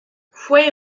fue